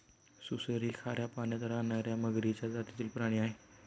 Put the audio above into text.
सुसर ही खाऱ्या पाण्यात राहणार्या मगरीच्या जातीतील प्राणी आहे